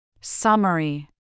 Summary